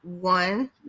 one